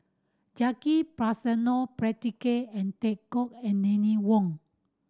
Jacki Passmore Patrick and Tay Teck and